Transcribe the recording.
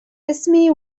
اسمي